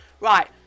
Right